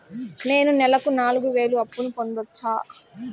నేను నెలకు నాలుగు వేలు అప్పును పొందొచ్చా?